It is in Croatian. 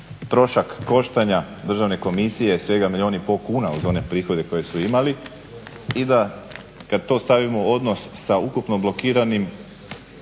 trošak koštanja Državne komisije je svega milijun i pol kuna uz one prihode koje su imali i da kad to stavimo u odnos sa ukupno blokiranim